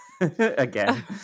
again